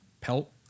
Pelt